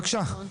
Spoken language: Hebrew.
בבקשה.